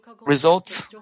results